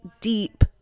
deep